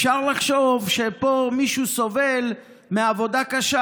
אפשר לחשוב שמישהו פה סובל מעבודה קשה.